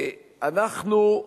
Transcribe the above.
אנחנו,